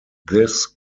this